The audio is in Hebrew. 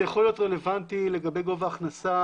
זה יכול להיות רלוונטי לגבי גובה הכנסתו,